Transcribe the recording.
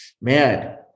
man